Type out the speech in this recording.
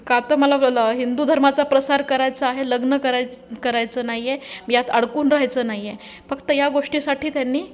का तर मला हिंदू धर्माचा प्रसार करायचा आहे लग्न कराय करायचं नाही आहे यात अडकून राहायचं नाही आहे फक्त या गोष्टीसाठी त्यांनी